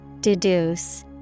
Deduce